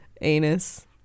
Anus